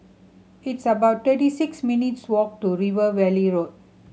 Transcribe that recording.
it's about thirty six minutes' walk to River Valley Road